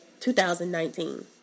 2019